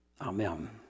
Amen